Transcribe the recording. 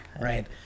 Right